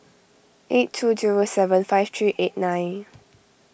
eight two zero seven five three eight nine